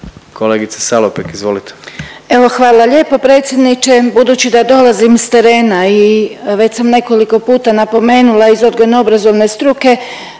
Anđelka (HDZ)** Evo hvala lijepo predsjedniče. Budući da dolazim s terena i već sam nekoliko puta napomenula iz odgojno obrazovne struke